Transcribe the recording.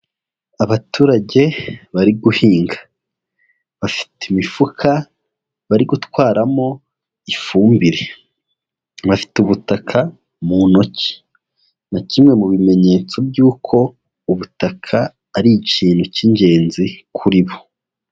Abaturage bari guhinga, bafite imifuka bari gutwaramo ifumbire, bafite ubutaka mu ntoki nka kimwe mu bimenyetso by'uko ubutaka ari ikintu cy'ingenzi kuri bo.